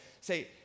say